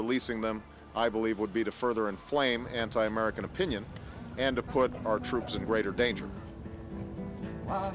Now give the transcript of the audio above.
releasing them i believe would be to further inflame anti american opinion and to put our troops in greater danger w